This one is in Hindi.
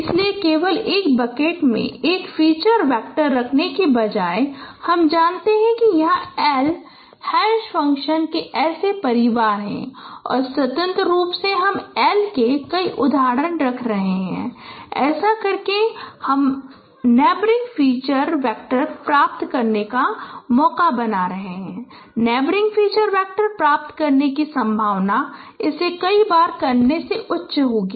इसलिए केवल एक बकेट में एक फीचर वेक्टर रखने के बजाय हम मानते हैं कि यहाँ L हैश फंक्शन के ऐसे परिवार हैं और स्वतंत्र रूप से हम L के कई उदाहरण रख रहे हैं ऐसा करके हम नेबरिंग फीचर वेक्टर प्राप्त करने का मौका बना रहे हैं नेबरिंग फीचर वेक्टर प्राप्त करने की संभावना इसे कई बार करने से उच्च होगी